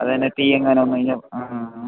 അതെന്നാ തീയെങ്ങാനും വന്നു കഴിഞ്ഞാൽ ആ ഹാ ഹാ